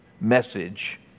message